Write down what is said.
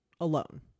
alone